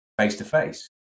face-to-face